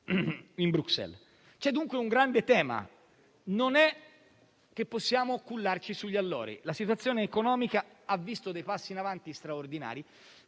C'è dunque un grande tema e non è che possiamo cullarci sugli allori. La situazione economica ha visto dei passi in avanti straordinari